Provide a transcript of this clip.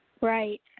Right